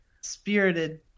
spirited